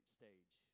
stage